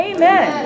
Amen